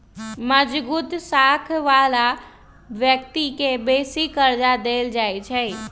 मजगुत साख बला व्यक्ति के बेशी कर्जा देल जाइ छइ